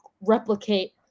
replicate